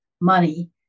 money